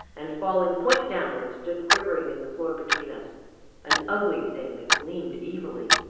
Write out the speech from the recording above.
and falling, point downwards, stood quivering in the floor between us an ugly thing that gleamed evilly.